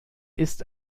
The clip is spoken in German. ist